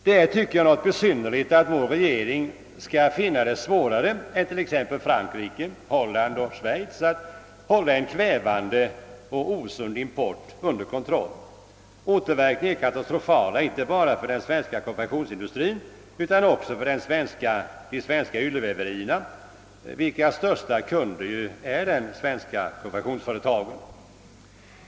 Det är, tycker jag, något besynnerligt att vår regering skall finna det svårare än regeringarna i t.ex. Frankrike, Holland eller Schweiz att hålla en kvävande och osund import under kontroll. Återverkningarna är katastrofala inte bara för den svenska konfektionsindustrin utan också för de svenska ylleväverierna, vilkas största kunder är de svenska konfektionsföretagen.